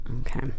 Okay